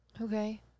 Okay